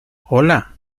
hola